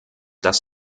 das